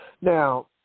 Now